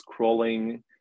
scrolling